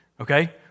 okay